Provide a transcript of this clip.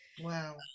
Wow